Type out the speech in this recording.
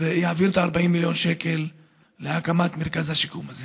ויעביר את ה-40 מיליון שקל להקמת מרכז השיקום הזה.